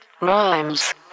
Rhymes